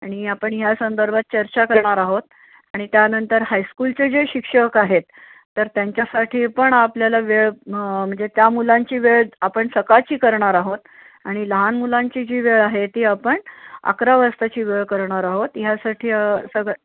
आणि आपण ह्या संदर्भात चर्चा करणार आहोत आणि त्यानंतर हायस्कूलचे जे शिक्षक आहेत तर त्यांच्यासाठी पण आपल्याला वेळ म्हणजे त्या मुलांची वेळ आपण सकाळची करणार आहोत आणि लहान मुलांची जी वेळ आहे ती आपण अकरा वाजताची वेळ करणार आहोत ह्यासाठी सगळं